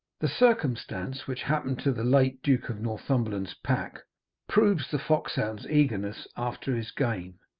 the circumstance which happened to the late duke of northumberland's pack proves the foxhound's eagerness after his game.